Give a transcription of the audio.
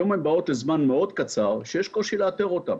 היום הן באות לזמן מאוד קצר ויש קושי לאתר אותן.